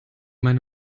meine